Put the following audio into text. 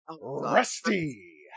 Rusty